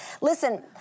Listen